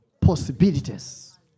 Possibilities